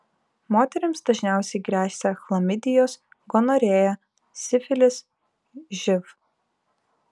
moterims dažniausiai gresia chlamidijos gonorėja sifilis živ